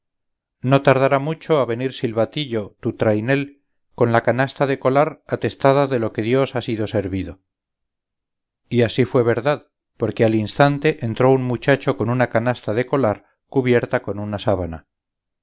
no tardará mucho a venir silbatillo tu trainel con la canasta de colar atestada de lo que dios ha sido servido y así fue verdad porque al instante entró un muchacho con una canasta de colar cubierta con una sábana